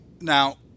Now